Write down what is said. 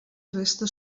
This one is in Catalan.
resta